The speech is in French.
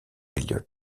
elliott